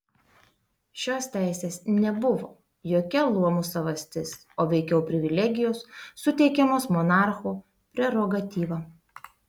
šios teisės nebuvo jokia luomų savastis o veikiau privilegijos suteikiamos monarcho prerogatyva